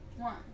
One